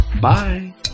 bye